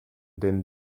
den